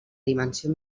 dimensió